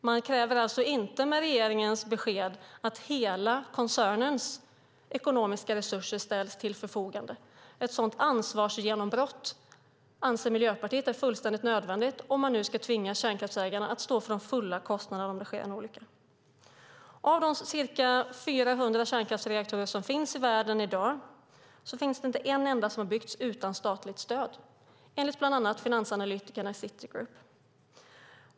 Med regeringens besked kräver man alltså inte att hela koncernens ekonomiska resurser ställs till förfogande. Ett sådant ansvarsgenombrott anser Miljöpartiet är fullständigt nödvändigt om man ska tvinga kärnkraftsägarna att stå för den fulla kostnaden om det sker en olycka. Av de ca 400 kärnkraftsreaktorer som finns i världen i dag har inte en enda byggts utan statligt stöd, enligt bland annat finansanalytikerna i Citigroup.